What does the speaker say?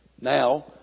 Now